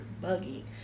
buggy